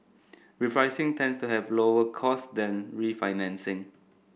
repricing tends to have lower costs than refinancing